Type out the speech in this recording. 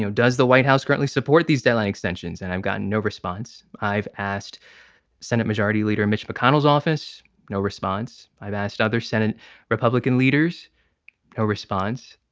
does the white house currently support these deadline extensions? and i've gotten no response. i've asked senate majority leader mitch mcconnell's office no response. i've asked other senate republican leaders no response.